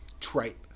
trite